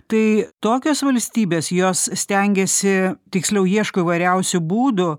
tai tokios valstybės jos stengiasi tiksliau ieško įvairiausių būdų